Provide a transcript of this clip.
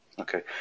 Okay